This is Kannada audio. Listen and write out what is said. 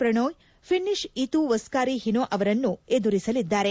ಪ್ರಣೋಯ್ ಭಿನ್ನಿಶ್ ಈತು ಒಸ್ತಾರಿ ಹೀನೊ ಅವರನ್ನು ಎದುರಿಸಲಿದ್ದಾರೆ